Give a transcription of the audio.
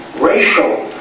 racial